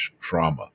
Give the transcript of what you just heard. trauma